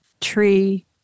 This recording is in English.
tree